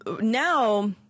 now—